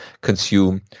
consume